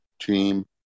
team